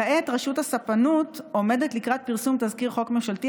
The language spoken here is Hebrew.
כעת רשות הספנות עומדת לקראת פרסום תזכיר חוק ממשלתי